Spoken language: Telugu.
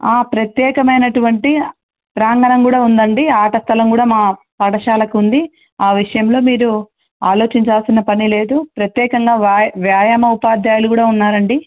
ప్రత్యేకమైనటువంటి ప్రాంగణం కూడా ఉంది అండి ఆట స్థలం కూడా మా పాఠశాలకు ఉంది ఆ విషయంలో మీరు ఆలోచించాల్సిన పని లేదు ప్రత్యేకంగా వ్యా వ్యాయామ ఉపాధ్యాయులు కూడా ఉన్నారు అండి